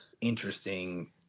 interesting